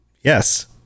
Yes